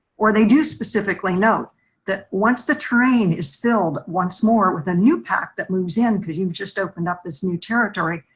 or they do specifically know that once the terrain is filled once more with a new pack that moves in, because you've just opened up this new territory,